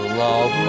love